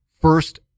first